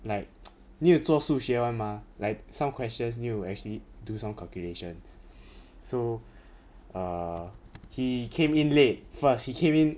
like need to 做数学 [one] mah like some questions need to actually do some calculations so err he came in late first he came in